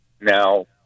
Now